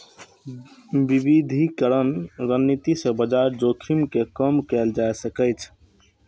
विविधीकरण रणनीति सं बाजार जोखिम कें कम कैल जा सकै छै